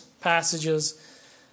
passages